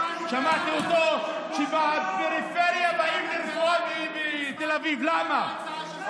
שמעתי אותו אומר שמהפריפריה באים לתל אביב לקבל שירותי רפואה.